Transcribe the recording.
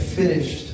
finished